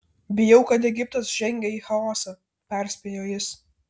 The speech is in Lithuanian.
bijau kad egiptas žengia į chaosą perspėjo jis